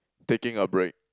taking a break